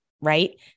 right